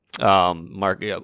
Mark